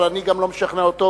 אבל אני גם לא משכנע אותו,